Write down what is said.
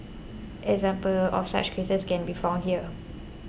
examples of such cases can be found here